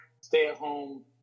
stay-at-home